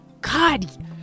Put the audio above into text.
God